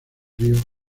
rio